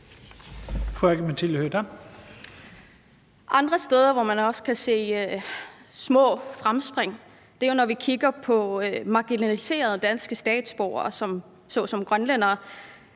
Andre steder, hvor man også kan se små fremskridt, er jo, når vi kigger på marginaliserede danske statsborgere såsom grønlændere.